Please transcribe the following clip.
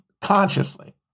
consciously